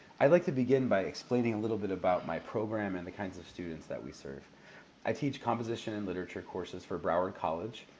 i'd like to begin by explaining a little bit about my program and the kinds of students that we serve i teach composition and literature courses for broward college.